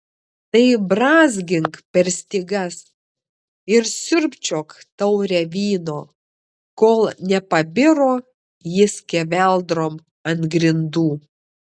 tai brązgink per stygas ir siurbčiok taurę vyno kol nepabiro ji skeveldrom ant grindų